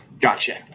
Gotcha